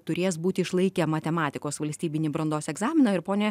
turės būt išlaikę matematikos valstybinį brandos egzaminą ir pone